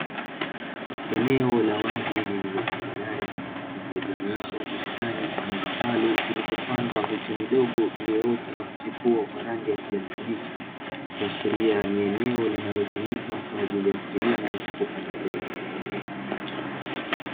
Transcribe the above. Eneo la wazi lililotambarare linalojumuisha bustani ya vitalu iliyooteshwa miche midogo iliyoota, na kuchepua kwa rangi ya kijani kibichi ikiashiria ni eneo linalotumika kwajili ya kilimo cha kupanda mbegu.